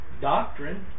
doctrine